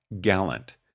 gallant